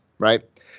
Right